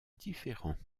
différent